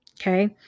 Okay